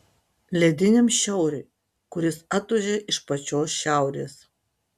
lediniam šiauriui kuris atūžia iš pačios šiaurės